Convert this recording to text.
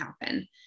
happen